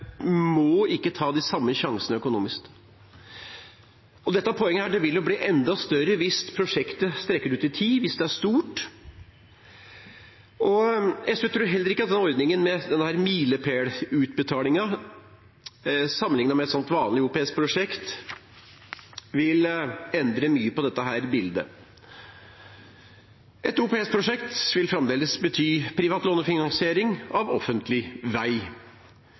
må ta høyde for uforutsette utgifter, usikkerheter. En privat operatør må ikke ta de samme sjansene økonomisk. Dette poenget vil bli enda større hvis prosjektet trekker ut i tid, hvis det er stort. SV tror heller ikke at ordningen med milepælsutbetaling sammenlignet med et vanlig OPS-prosjekt vil endre mye på dette bildet. Et OPS-prosjekt vil fremdeles bety privat lånefinansiering av offentlig vei.